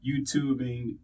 YouTubing